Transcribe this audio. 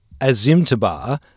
Azimtabar